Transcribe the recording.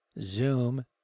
Zoom